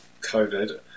COVID